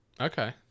okay